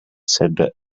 said